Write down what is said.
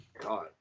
God